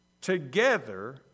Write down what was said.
together